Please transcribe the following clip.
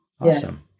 Awesome